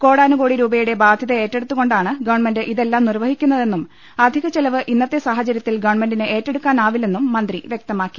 കോടാനുകോടി രൂപയുടെ ബാധ്യത ഏറ്റടെത്തുകൊണ്ടാണ് ഗവൺമെൻറ് ഇതെല്ലാം നിർവ്വഹിക്കുന്നതെന്നും അധിക ചിലവ് ഇന്നത്തെ സാഹചര്യത്തിൽ ഗവൺമെന്റിന് ഏറ്റെടുക്കാനാവില്ലെന്നും മന്ത്രി വ്യക്തമാക്കി